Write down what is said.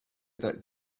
that